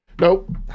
Nope